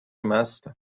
مستم